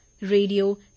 radio